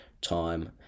time